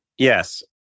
Yes